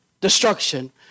destruction